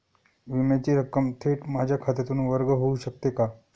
विम्याची रक्कम थेट माझ्या खात्यातून वर्ग होऊ शकते का?